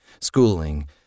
schooling